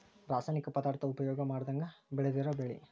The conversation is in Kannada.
ರಾಸಾಯನಿಕ ಪದಾರ್ಥಾ ಉಪಯೋಗಾ ಮಾಡದಂಗ ಬೆಳದಿರು ಬೆಳಿ